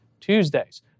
Tuesdays